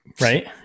right